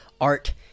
art